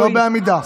לא בעמידה.